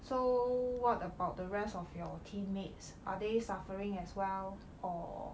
so what about the rest of your teammates are they suffering as well or